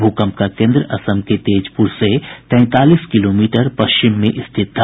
भूकम्प का केंद्र असम के तेजपुर से तैंतालीस किलोमीटर पश्चिम में स्थित था